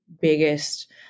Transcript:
biggest